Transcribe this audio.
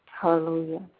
Hallelujah